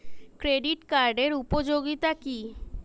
Credit কার্ডের উপযোগিতা কি?